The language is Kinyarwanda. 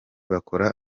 bakora